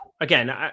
again